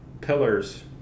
pillars